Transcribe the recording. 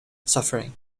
suffering